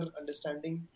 understanding